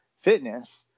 fitness